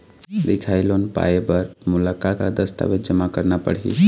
दिखाही लोन पाए बर मोला का का दस्तावेज जमा करना पड़ही?